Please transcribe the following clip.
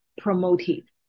promoted